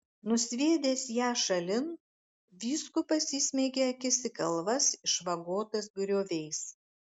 nusviedęs ją šalin vyskupas įsmeigė akis į kalvas išvagotas grioviais